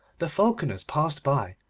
the falconers passed by,